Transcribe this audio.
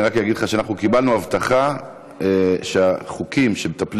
אני רק אגיד לך שאנחנו קיבלנו הבטחה שהחוקים שמטפלים